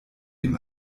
dem